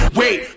wait